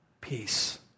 peace